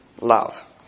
love